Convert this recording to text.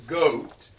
goat